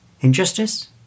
injustice